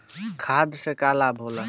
खाद्य से का लाभ होला?